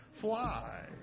fly